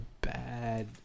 bad